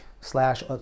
slash